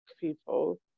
people